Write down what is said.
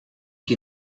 qui